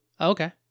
Okay